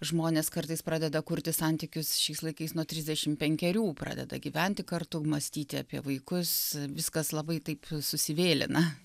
žmonės kartais pradeda kurti santykius šiais laikais nuo trisdešimt penkerių pradeda gyventi kartu mąstyti apie vaikus viskas labai taip susivėlina